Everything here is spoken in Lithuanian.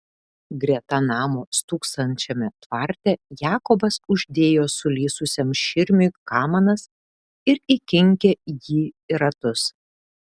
greta namo stūksančiame tvarte jakobas uždėjo sulysusiam širmiui kamanas ir įkinkė jį į ratus